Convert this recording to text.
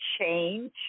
change